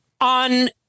on